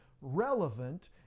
relevant